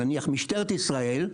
נניח משטרת ישראל,